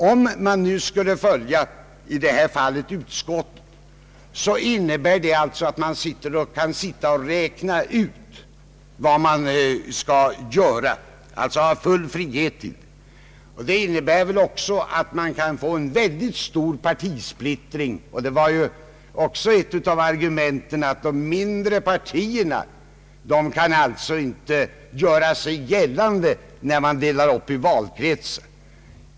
Om riksdagen i detta fall skulle följa utskottsmajoriteten, skulle det innebära att man skulle få en mycket stor partisplittring. Ett av argumenten för en uppdelning i valkretsar var ju att de mindre partierna skulle få det svårare att göra sig gällande.